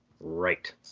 right